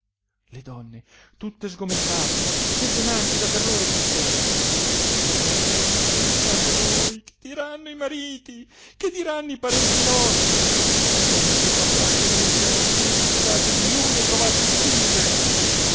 le donne tutte sgomentate e tremanti da terrore dissero oh insensate noi che diranno i mariti che diranno i parenti nostri come si saprà che noi siamo quivi state ignude trovate uccise